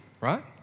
right